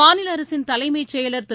மாநில அரசின் தலைமச் செயலர் திரு